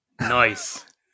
Nice